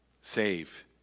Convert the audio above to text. save